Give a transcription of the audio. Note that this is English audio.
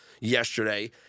yesterday